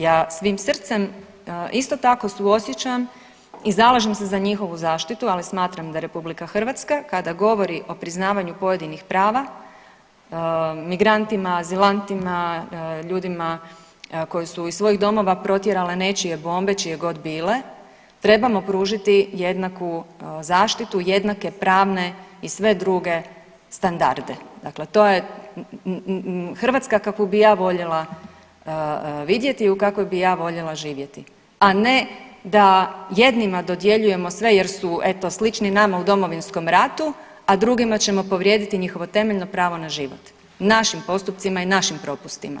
Ja svim srcem isto tako suosjećam i zalažem se za njihovu zaštitu, ali smatram da Republike Hrvatska kada govori o priznavanju pojedinih prava migrantima, azilantima, ljudima koji su iz svojih domova protjerale nečije bombe čije god bile trebamo pružiti jednaku zaštitu, jednake pravne i sve druge standarde, dakle to je Hrvatska kakvu bi ja voljela vidjeti i u kakvoj bi ja voljela živjeti, a ne da jednima dodjeljujemo sve jer su eto slični nama u Domovinskom ratu, a drugima ćemo povrijediti njihovo temeljno pravo na život našim postupcima i našim propustima.